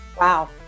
Wow